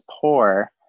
poor